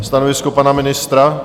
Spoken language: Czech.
Stanovisko pana ministra?